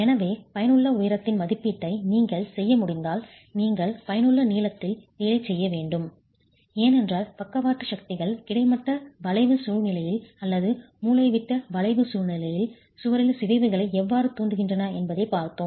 எனவே பயனுள்ள உயரத்தின் மதிப்பீட்டை நீங்கள் செய்ய முடிந்தால் நீங்கள் பயனுள்ள நீளத்தில் வேலை செய்ய வேண்டும் ஏனென்றால் பக்கவாட்டு சக்திகள் கிடைமட்ட வளைவு சூழ்நிலையில் அல்லது மூலைவிட்ட வளைவு சூழ்நிலையில் சுவரில் சிதைவுகளை எவ்வாறு தூண்டுகின்றன என்பதைப் பார்த்தோம்